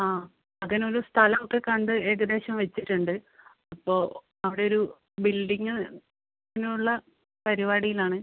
ആ അതിനൊരു സ്ഥലമൊക്കെ കണ്ട് ഏകദേശം വെച്ചിട്ടുണ്ട് അപ്പോൾ അവിടെ ഒരു ബിൽഡിങ്ങ് അതിനുള്ള പരിപാടിയിലാണ്